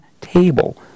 table